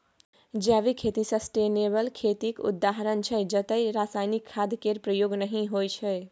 जैविक खेती सस्टेनेबल खेतीक उदाहरण छै जतय रासायनिक खाद केर प्रयोग नहि होइ छै